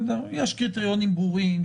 יש קריטריונים ברורים,